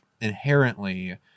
inherently